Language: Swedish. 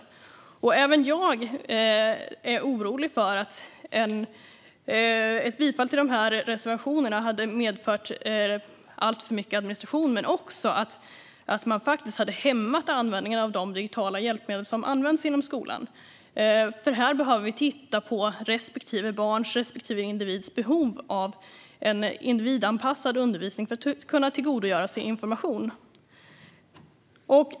Genomförande av webbtillgänglighets-direktivet Även jag är orolig för att ett bifall till dessa reservationer skulle medföra alltför mycket administration men också att man faktiskt skulle hämma användningen av de digitala hjälpmedel som används inom skolan. Här behöver vi titta på respektive barns, respektive individs, behov av en individanpassad undervisning för att kunna tillgodogöra sig information.